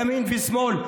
ימין ושמאל,